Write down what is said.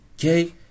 okay